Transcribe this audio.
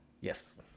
yes